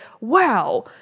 wow